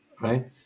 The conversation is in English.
right